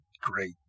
Great